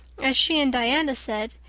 as she and diana said,